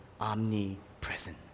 omnipresent